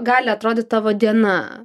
gali atrodyt tavo diena